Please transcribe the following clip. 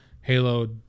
Halo